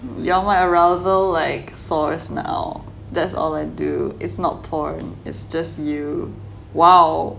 you're my arousal source now that's all I do it's not porn is just you !wow!